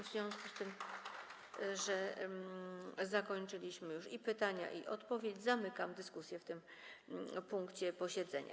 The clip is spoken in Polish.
W związku z tym, że zakończyliśmy już i pytania, i odpowiedź, zamykam dyskusję w tym punkcie posiedzenia.